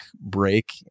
break